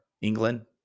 England